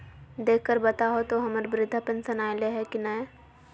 देख कर बताहो तो, हम्मर बृद्धा पेंसन आयले है की नय?